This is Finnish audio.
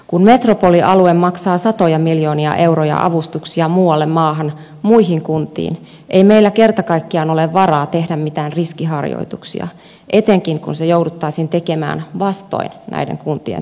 kun metropolialue maksaa satoja miljoonia euroja avustuksia muualle maahan muihin kuntiin ei meillä kerta kaikkiaan ole varaa tehdä mitään riskiharjoituksia etenkin kun ne jouduttaisiin tekemään vastoin näiden kuntien tahtoa